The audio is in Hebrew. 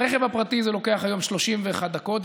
ברכב הפרטי זה לוקח היום 31 דקות,